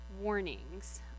warnings